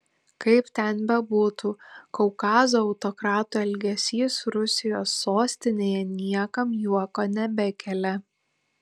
kaip ten bebūtų kaukazo autokrato elgesys rusijos sostinėje niekam juoko nebekelia